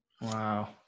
Wow